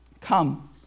Come